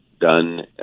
done